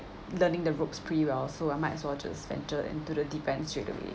learning the ropes pretty well so I might as well just venture into the deep ends straight away